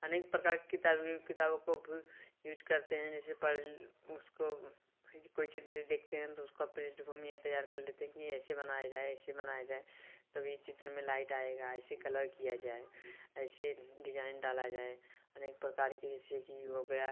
अनेक प्रकार की किताबों को भी यूज करते हैं जैसे पढ़ उसको अनेक प्रकार की कोई चित्र देखते हैं तो उसका पृष्ठभूमि ये तैयार कर लेते हैं कि ऐसे बनाया जाए ऐसे बनाया जाए तभी चित्र में लाइट आएगा ऐसे कलर किया जाए ऐसे डिजाइन डाला जाए अनेक प्रकार के जैसे कि हो गया